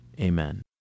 Amen